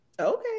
Okay